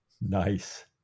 nice